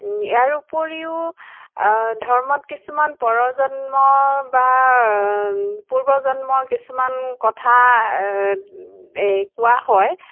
ইয়াৰ উপৰিও ধৰ্মত কিছুমান পৰজন্ম বা পূৰ্বজন্ম কিছুমান কথা কোৱা হয়